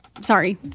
sorry